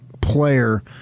player